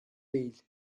değil